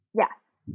Yes